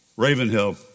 Ravenhill